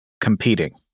competing